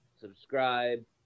subscribe